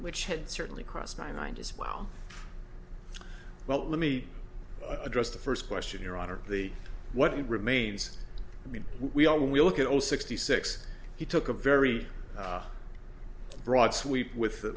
which had certainly crossed my mind as well well let me address the first question your honor the what remains i mean we all when we look at all sixty six he took a very broad sweep with that